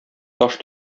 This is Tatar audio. таш